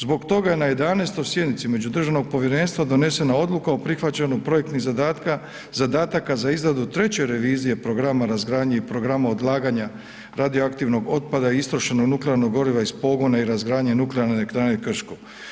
Zbog toga na 11. sjednici međudržavnog povjerenstva je donesena odluka o prihvaćanju projektnih zadataka za izradu treće revizije programa razgradnje i programa odlaganja radioaktivnog otpada istrošenog nuklearnog goriva iz pogona i razgradnje Nuklearne elektrane Krško.